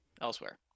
elsewhere